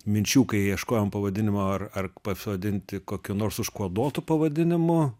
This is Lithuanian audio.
minčių kai ieškojom pavadinimo ar ar pavadinti kokiu nors užkoduotu pavadinimu